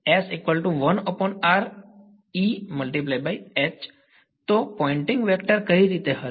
તો Poynting vector કઈ રીત હશે